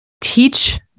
teach